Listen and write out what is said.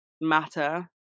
matter